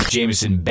Jameson